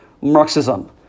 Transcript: Marxism